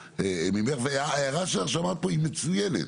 ההערה שאמרת פה היא מצוינת.